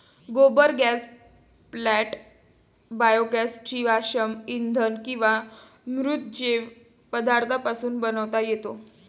गोबर gas plant biogas जीवाश्म इंधन किंवा मृत जैव पदार्थांपासून बनवता येतो